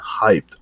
hyped